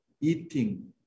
eating